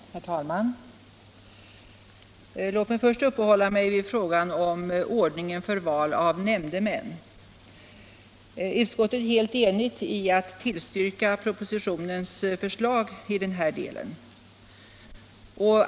Herr talman! Låt mig först uppehålla mig vid ordningen för val av nämndemän! Utskottet är helt enigt i sin tillstyrkan av propositionens förslag i den här delen.